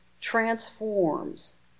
transforms